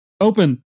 open